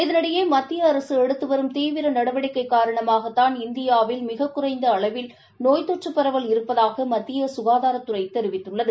இதனிடையே மாமத்திய மாள்டுத்து வரும் தீவியர் நடவடிக்கை கா ரணமாகத்தான் இந்திய ாவில் மிகக் குறைந்த அளவில் தொட் முழும் பரவல் இருப்பபதாக மத்திய நாய் சுகாதா ரத்துறை தொபிவித்துள்ளது